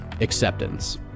acceptance